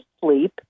sleep